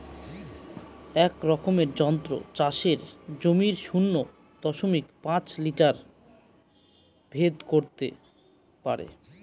এক রকমের যন্ত্র চাষের জমির শূন্য দশমিক পাঁচ মিটার ভেদ করত পারে